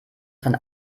von